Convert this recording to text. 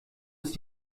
ist